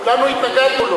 כולנו התנגדנו לו